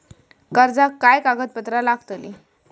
कर्जाक काय कागदपत्र लागतली?